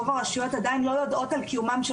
רוב הרשויות עדיין לא יודעת על קיומם של